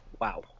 wow